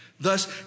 Thus